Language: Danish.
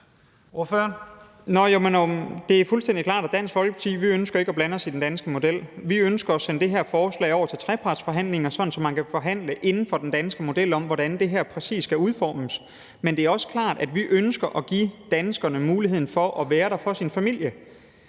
det er fuldstændig klart, at vi i Dansk Folkeparti ikke ønsker at blande os i den danske model. Vi ønsker at sende det her forslag over til trepartsforhandlinger, sådan at man kan forhandle inden for den danske model om, hvordan det her præcis skal udformes. Men det er også klart, at vi ønsker at give danskerne muligheden for at være der for deres familie.